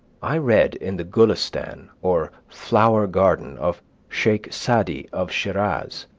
i read in the gulistan, or flower garden, of sheik sadi of shiraz,